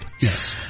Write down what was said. Yes